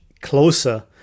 closer